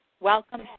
Welcome